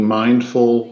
mindful